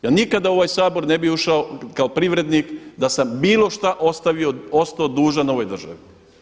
Ja nikada u ovaj Sabor ne bi ušao kao privrednik da sam bilo šta ostao dužan ovoj državi.